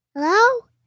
Hello